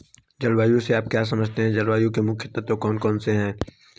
जलवायु से आप क्या समझते हैं जलवायु के मुख्य तत्व कौन कौन से हैं?